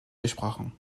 gesprochen